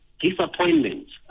disappointments